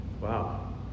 Wow